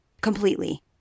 completely